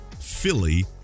Philly